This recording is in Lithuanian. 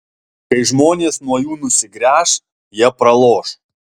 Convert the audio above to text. kai žmonės nuo jų nusigręš jie praloš